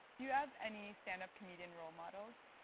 you have any stand up comedian role models?